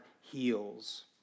heals